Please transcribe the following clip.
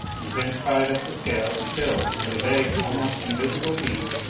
intensified up the scale until, with a vague, almost invisible beam,